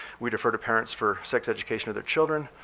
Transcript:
we defer to parents for sex education of their children.